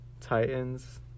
Titans